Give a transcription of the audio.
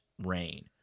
rain